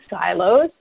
silos